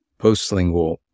postlingual